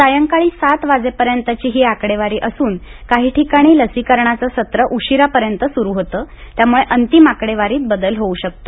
सायंकाळी सात वाजेपर्यंतची ही आकडेवारी असून काही ठिकाणी लसीकरणाचं सत्र उशिरापर्यंत सुरु होते त्यामुळे अंतिम आकडेवारीत बदल होऊ शकतो